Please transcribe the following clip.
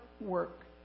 work